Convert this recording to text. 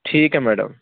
ਠੀਕ ਹੈ ਮੈਡਮ